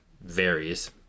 varies